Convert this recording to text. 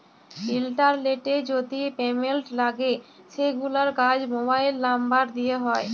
ইলটারলেটে যদি পেমেল্ট লাগে সেগুলার কাজ মোবাইল লামবার দ্যিয়ে হয়